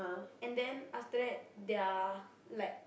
and then after that their like